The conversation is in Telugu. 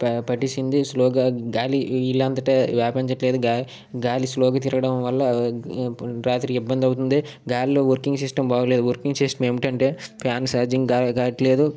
ప పట్టేసింది స్లోగా గాలి ఇల్లంతటా వ్యాపించట్లేదు గా గాలి స్లోగా తిరగడం వల్ల రాత్రికి ఇబ్బంది అవుతుంది గాలిలో వర్కింగ్ సిస్టమ్ బాగోలేదు వర్కింగ్ సిస్టమ్ ఏమిటి అంటే ఫాన్ ఛార్జింగ్ కావట్లేదు